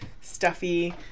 stuffy